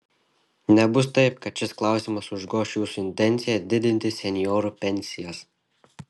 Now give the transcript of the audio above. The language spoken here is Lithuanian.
nebus taip kad šis klausimas užgoš jūsų intenciją didinti senjorų pensijas